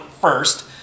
first